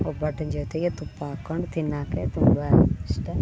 ಒಬ್ಬಟ್ಟಿನ ಜೊತೆಗೆ ತುಪ್ಪ ಹಾಕೊಂಡು ತಿನ್ನೋಕೆ ತುಂಬ ಇಷ್ಟ